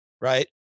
right